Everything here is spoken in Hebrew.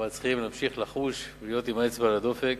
אבל צריכים להמשיך לחוש ולהיות עם האצבע על הדופק.